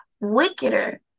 wickeder